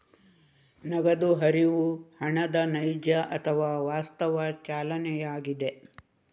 ನಗದು ಹರಿವು ಹಣದ ನೈಜ ಅಥವಾ ವಾಸ್ತವ ಚಲನೆಯಾಗಿದೆ